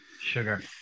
sugar